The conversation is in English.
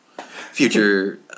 Future